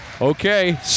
Okay